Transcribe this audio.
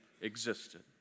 existed